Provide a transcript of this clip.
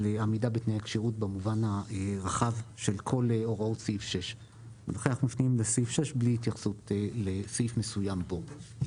עמידה בתנאי כשירות במובן הרחב של כול הוראות סעיף 6. לכן אנחנו --- לסעיף 6 בלי התייחסות לסעיף מסוים בו.